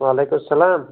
وعلیکُم اسلام